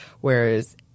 whereas